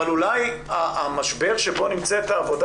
אבל אולי המשבר שבו נמצאת העבודה